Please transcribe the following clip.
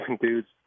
dudes